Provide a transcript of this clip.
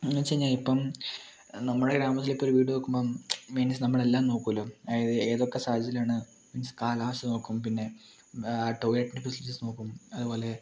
എന്ന് വെച്ചാൽ ഇപ്പം നമ്മുടെ ഗ്രാമത്തിൽ ഇപ്പം ഒരു വീട് വെക്കുമ്പം മീൻസ് നമ്മൾ എല്ലാം നോക്കുമല്ലോ അതായത് ഏതൊക്കെ സാഹചര്യം ആണ് മീൻസ് കാലാവസ്ഥ നോക്കും പിന്നെ ടോയ്ലറ്റ് ഫെസിലിറ്റിസ് നോക്കും അതുപോലെ